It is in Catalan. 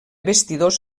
vestidors